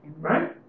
Right